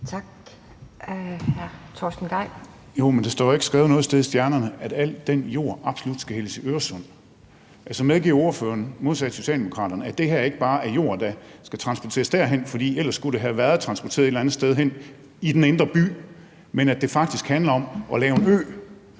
Kl. 20:27 Torsten Gejl (ALT): Jo, men det står jo ikke skrevet noget sted i stjernerne, at al den jord absolut skal hældes i Øresund. Altså, medgiver ordføreren – modsat Socialdemokraterne – at det her ikke bare er jord, der skal transporteres derhen, fordi det ellers skulle være transporteret et eller andet sted hen i den indre by, men at det faktisk handler om at lave en ø